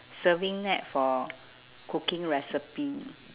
surfing net for cooking recipe